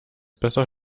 besser